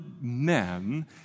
men